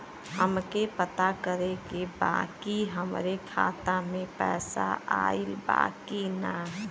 हमके पता करे के बा कि हमरे खाता में पैसा ऑइल बा कि ना?